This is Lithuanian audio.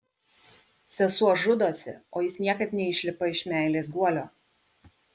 sesuo žudosi o jis niekaip neišlipa iš meilės guolio